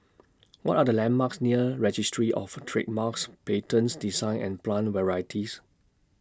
What Are The landmarks near Registries of Trademarks Patents Designs and Plant Varieties